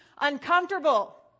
uncomfortable